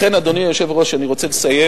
לכן, אדוני היושב-ראש, אני רוצה לסיים.